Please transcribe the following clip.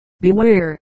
Beware